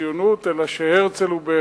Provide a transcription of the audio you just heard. אלא הרצל הוא בהחלט